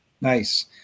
Nice